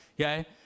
okay